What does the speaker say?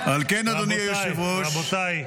--- רבותיי,